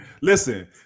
Listen